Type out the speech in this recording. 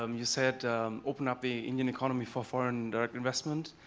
um you said open up the indian economy for foreign direct investment,